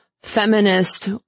feminist